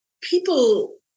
people